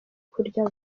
kurya